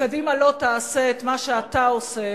קדימה לא תעשה את מה שאתה עושה